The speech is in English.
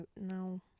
no